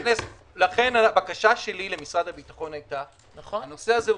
לכן הבקשה שלי למשרד הביטחון היתה זה נושא רציני.